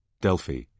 Delphi